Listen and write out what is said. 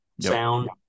sound